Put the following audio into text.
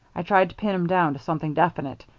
i tried to pin him down to something definite,